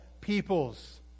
peoples